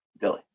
Billy